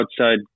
outside